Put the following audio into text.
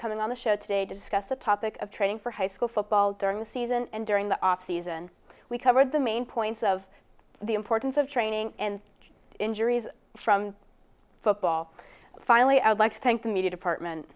coming on the show today to discuss the topic of training for high school football during the season and during the offseason we covered the main points of the importance of training and injuries from football finally i'd like to thank the media department